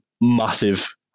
massive